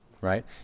right